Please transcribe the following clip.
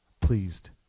pleased